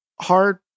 hard